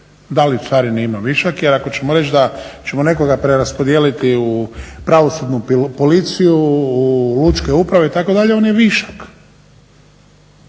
Da li u carini ima višak jer ako ćemo reći da ćemo nekoga preraspodijeliti u pravosudnu policiju, u lučke uprave itd., on je višak.